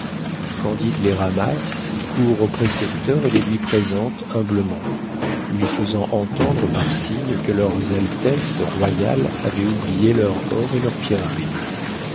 candide les ramasse court au précepteur et les lui présente humblement lui fesant entendre par signes que leurs altesses royales avaient oublié leur or et leurs pierreries